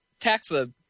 Taxa